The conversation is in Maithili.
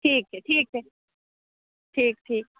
हिक छै ठीक छै ठीक ठीक